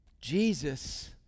Jesus